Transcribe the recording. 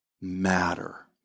matter